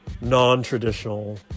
non-traditional